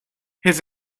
his